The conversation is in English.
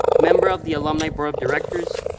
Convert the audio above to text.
member of the alumni board of directors,